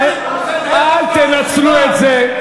אל תנצלו את זה.